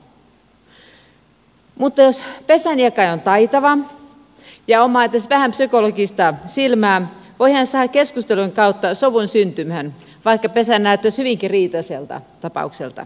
mutta jos pesänjakaja on taitava ja omaa edes vähän psykologista silmää voi hän saada keskustelun kautta sovun syntymään vaikka pesä näyttäisi hyvinkin riitaiselta tapaukselta